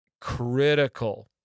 critical